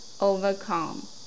overcome